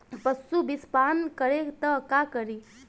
पशु विषपान करी त का करी?